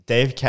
Dave